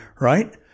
right